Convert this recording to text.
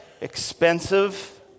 Expensive